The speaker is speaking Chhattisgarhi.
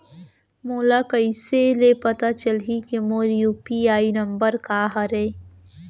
मोला कइसे ले पता चलही के मोर यू.पी.आई नंबर का हरे?